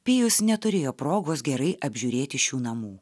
pijus neturėjo progos gerai apžiūrėti šių namų